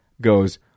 goes